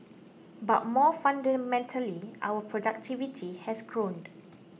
but more fundamentally our productivity has grown